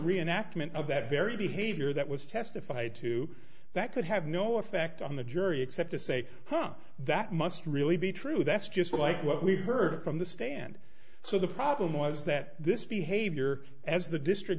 reenactment of that very behavior that was testified to that could have no effect on the jury except to say hum that must really be true that's just like what we've heard from the stand so the problem was that this behavior as the district